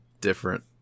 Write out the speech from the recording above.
different